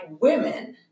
women